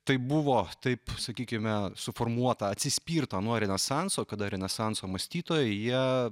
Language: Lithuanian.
tai buvo taip sakykime suformuota atsispirta nuo renesanso kada renesanso mąstytojai jie